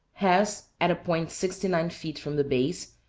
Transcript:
has, at a point sixty-nine feet from the base,